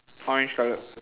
orange colour